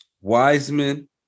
Wiseman